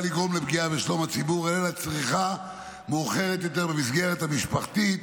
לגרום לפגיעה בשלום הציבור אלא לצריכה מאוחרת יותר במסגרת המשפחתית,